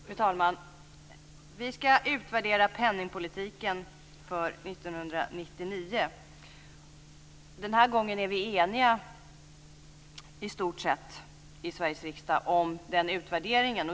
Fru talman! Vi ska utvärdera penningpolitiken för år 1999. Den här gången är vi eniga i stort sett i Sveriges riksdag om utvärderingen.